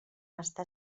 està